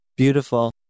Beautiful